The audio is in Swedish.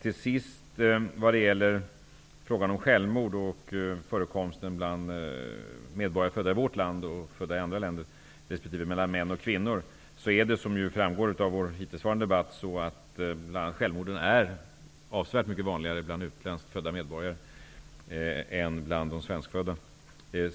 Slutligen vad gäller frågan om förekomsten av självmord bland medborgare födda i vårt land jämfört med personer födda i andra länder resp. skillnaden mellan män och kvinnor, är det som framgår av den hittillsvarande debatten så att självmorden är avsevärt vanligare bland medborgare födda i utlandet än bland svenskfödda.